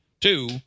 two